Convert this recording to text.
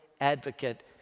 Advocate